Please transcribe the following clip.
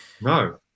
no